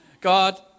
God